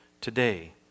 Today